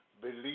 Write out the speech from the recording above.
believe